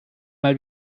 mal